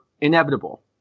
inevitable